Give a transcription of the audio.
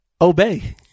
obey